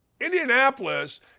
Indianapolis